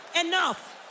enough